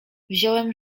wziąłem